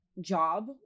job